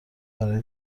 برای